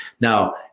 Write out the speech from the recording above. Now